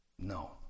No